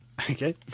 Okay